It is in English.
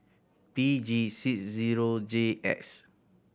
P G six zero J X